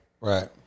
Right